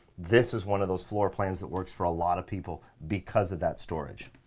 this was one of those floor plans that works for a lot of people because of that storage.